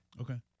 Okay